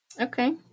okay